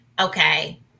okay